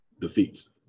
defeats